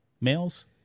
males